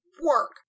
work